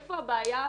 איפה הבעיה השורשית?